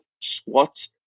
squats